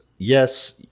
Yes